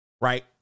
right